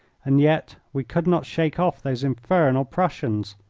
and yet we could not shake off! those infernal prussians.